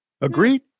Agreed